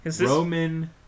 Roman